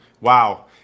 wow